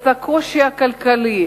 את הקושי הכלכלי.